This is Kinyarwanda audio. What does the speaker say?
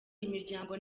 imiryango